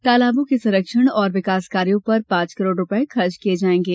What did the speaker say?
तालबों के संरक्षण और विकास कार्यो पर पांच करोड़ रूपये खर्च किये जाएंगे